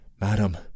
Madam